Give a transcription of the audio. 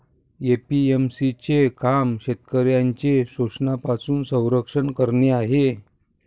APMC चे काम शेतकऱ्यांचे शोषणापासून संरक्षण करणे आहे